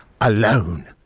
Alone